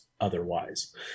otherwise